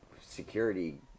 security